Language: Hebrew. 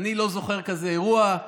אני לא זוכר כזה אירוע.